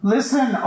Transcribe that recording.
Listen